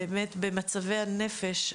במצבי הנפש,